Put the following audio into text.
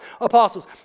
apostles